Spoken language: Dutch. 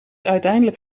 uiteindelijk